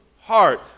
heart